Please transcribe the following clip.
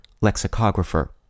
lexicographer